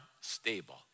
stable